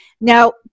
Now